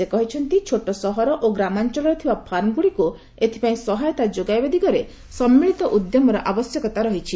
ସେ କହିଛନ୍ତି ଛୋଟ ସହର ଓ ଗ୍ରାମାଞ୍ଚଳରେ ଥିବା ଫାର୍ମଗ୍ରଡ଼ିକ୍ ଏଥିପାଇଁ ସହାୟତା ଯୋଗାଇବା ଦିଗରେ ସମ୍ମିଳିତ ଉଦ୍ୟମର ଆବଶ୍ୟକତା ରହିଛି